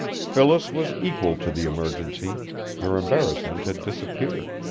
phyllis was equal to the emergency her embarrassment had disappeared.